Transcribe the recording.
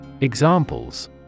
Examples